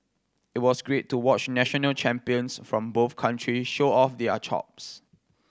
it was great to watch national champions from both country show off their chops